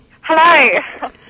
Hello